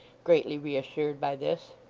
greatly reassured by this.